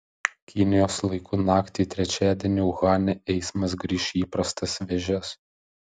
kinijos laiku naktį į trečiadienį uhane eismas grįš į įprastas vėžes